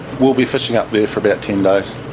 we'll be fishing up there for about ten days.